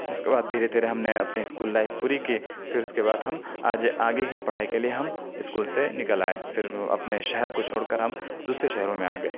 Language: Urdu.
اس کے بعد دھیرے دھیرے ہم نے اپنی اسکول لائف پوری کی پھر اس کے بعد ہم آج آگے کی پڑھائی کے لئے ہم اسکول سے نکل آئے پھر اپنے شہر کو چھوڑ کر ہم دوسرے شہروں میں آ گئے